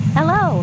Hello